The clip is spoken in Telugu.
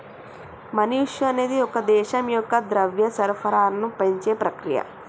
మనీ ఇష్యూ అనేది ఒక దేశం యొక్క ద్రవ్య సరఫరాను పెంచే ప్రక్రియ